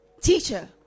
Teacher